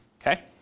Okay